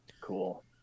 Cool